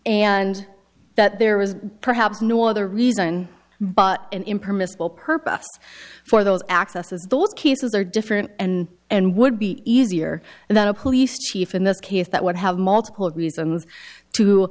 and that there is perhaps no other reason but an impermissible purpose for those accesses those cases are different and and would be easier and that a police chief in this case that would have multiple reasons to